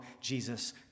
Jesus